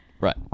Right